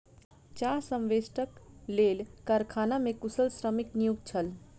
चाह संवेष्टनक लेल कारखाना मे कुशल श्रमिक नियुक्त छल